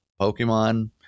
Pokemon